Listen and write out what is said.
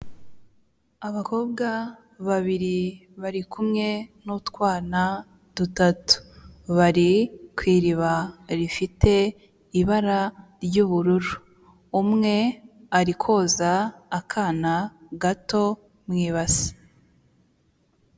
Abakobwa babiri bari kumwe n'utwana dutatu, bari ku iriba rifite ibara ry'ubururu, umwe ari koza akana gato mu ibase.